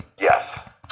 Yes